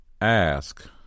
Ask